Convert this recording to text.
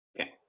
Okay